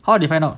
how they find out